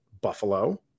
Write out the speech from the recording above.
Buffalo